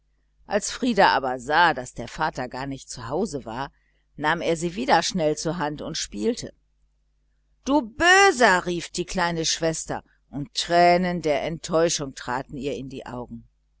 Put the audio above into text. als frieder aber sah daß der vater gar nicht zu hause war nahm er schnell die violine wieder zur hand und spielte du böser rief die kleine schwester und tränen der enttäuschung traten ihr in die augen